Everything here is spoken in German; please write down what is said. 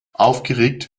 aufgeregt